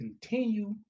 continue